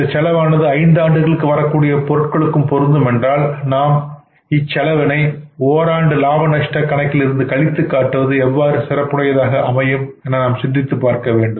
இச்செலவானது ஐந்தாண்டுகளுக்கு வரக்கூடிய பொருட்களுக்கும் பொருந்தும் என்றால் நாம் இச்செலவினை ஓராண்டு லாப நஷ்டக் கணக்கில் இருந்து கழித்து காட்டுவது எவ்வாறு சிறப்புடையதாக அமையும் என நாம் சிந்தித்துப் பார்க்க வேண்டும்